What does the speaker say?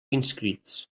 inscrits